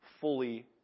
fully